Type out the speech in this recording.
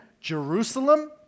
Jerusalem